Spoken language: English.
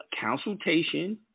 consultation